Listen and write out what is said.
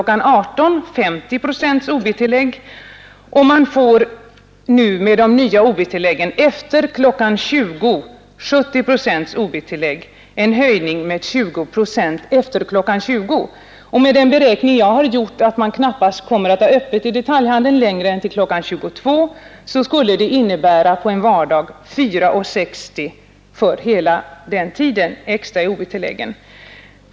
18.00 50 procents ob-tillägg, och man skulle efter ett genomförande av de nya ob-tilläggen få 70 procents ob-tillägg efter kl. 20.00, alltså en höjning med 20 procent efter kl. 20.00. I min beräkning har jag utgått från att man inom detaljhandeln på vardagar knappast kommer att ha öppet längre än till kl. 22.00, och höjningen av ob-tilläggen skulle då på en vardag ge summa 4:60.